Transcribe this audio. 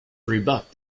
rebuffed